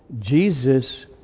Jesus